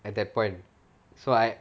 at that point so I